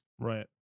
right